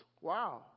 Wow